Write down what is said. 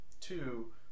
two